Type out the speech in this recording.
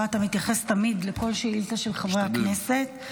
אתה מתייחס תמיד לכל שאילתה של חברי הכנסת,